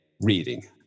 reading